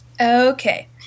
Okay